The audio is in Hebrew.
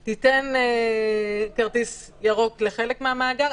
אז תיתן כרטיס ירוק לחלק מהמאגר?